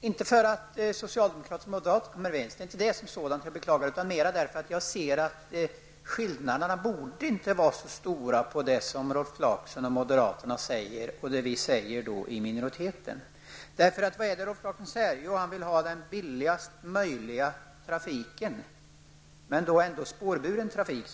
inte därför att socialdemokraterna och moderaterna har kommit överens utan därför att jag ser att skillnaderna inte borde vara så stora mellan det som Rolf Clarkson och moderaterna säger och det vi säger i minoriteten. Vad är det då Rolf Clarkson säger? Jo, han vill ha den billigaste möjliga trafiken, men ändå spårburen trafik.